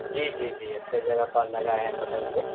جی جی جی سہی جگہ کال لگایا ہے بتائیے